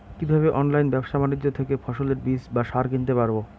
কীভাবে অনলাইন ব্যাবসা বাণিজ্য থেকে ফসলের বীজ বা সার কিনতে পারবো?